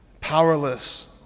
powerless